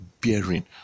bearing